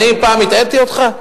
אני פעם הטעיתי אותך?